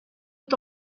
est